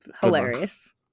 hilarious